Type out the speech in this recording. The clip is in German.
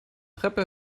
treppe